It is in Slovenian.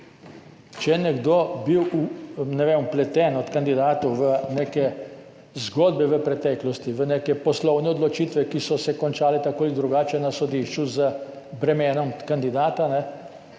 od kandidatov, ne vem, vpleten v neke zgodbe v preteklosti, v neke poslovne odločitve, ki so se končale tako ali drugače na sodišču z bremenom kandidata, in